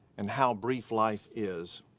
and how brief life is.